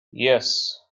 yes